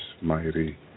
Mighty